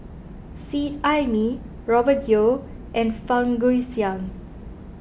Seet Ai Mee Robert Yeo and Fang Guixiang